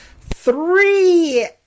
three